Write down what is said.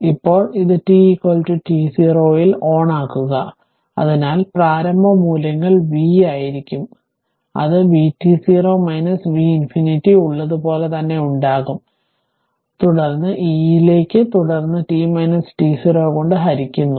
ഇപ്പോൾ ഇത് t t0 ൽ ഓണാക്കുക അതിനാൽ പ്രാരംഭ മൂല്യങ്ങൾ v ആയിരിക്കും അത് vt0 v ∞ ഉള്ളതുപോലെ തന്നെ ഉണ്ടാകും അത് അവിടെയുണ്ട് തുടർന്ന് e ലേക്ക് തുടർന്ന് t t0 കൊണ്ട് ഹരിക്കുന്നു